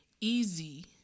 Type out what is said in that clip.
easy